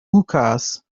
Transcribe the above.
hookahs